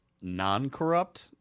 non-corrupt